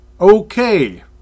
Okay